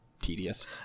tedious